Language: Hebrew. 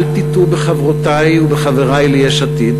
אל תטעו בחברותי ובחברי ליש עתיד.